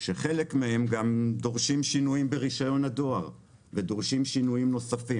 שחלק מהם גם דורשים שינויים ברישיון הדואר ודורשים שינויים נוספים.